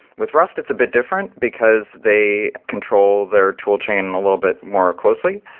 with rust, it's a bit different because they control their toolchain and little bit more closely.